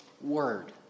word